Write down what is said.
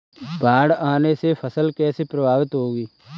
बाढ़ आने से फसल कैसे प्रभावित होगी?